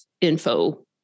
info